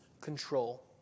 control